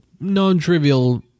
non-trivial